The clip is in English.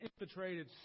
infiltrated